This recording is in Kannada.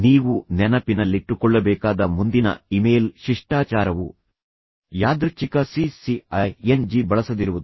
ನೀವು ನೆನಪಿನಲ್ಲಿಟ್ಟುಕೊಳ್ಳಬೇಕಾದ ಮುಂದಿನ ಇಮೇಲ್ ಶಿಷ್ಟಾಚಾರವು ಯಾದೃಚ್ಛಿಕ C C I N G ಬಳಸದಿರುವುದು